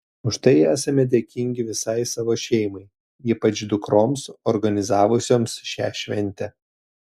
už tai esami dėkingi visai savo šeimai ypač dukroms organizavusioms šią šventę